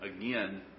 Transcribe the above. again